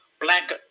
Black